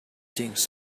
things